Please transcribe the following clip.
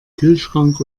kühlschrank